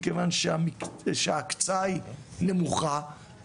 מכיוון שההקצאה היא נמוכה,